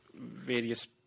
various